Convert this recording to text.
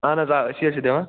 اہن حظ آ أسی حظ چھِ دِوان